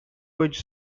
which